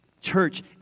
Church